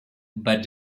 but